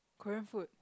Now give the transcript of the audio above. Korean food